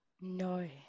No